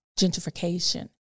gentrification